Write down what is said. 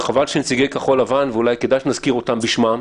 חבל שנציגי כחול לבן אולי כדאי שנזכיר אותם בשמם: